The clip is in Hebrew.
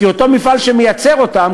כי אותו מפעל שמייצר אותם,